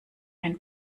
ein